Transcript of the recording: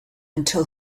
until